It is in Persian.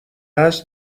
هست